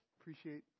Appreciate